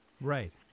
right